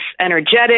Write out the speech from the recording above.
energetic